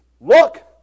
look